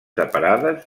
separades